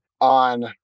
on